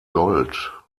gold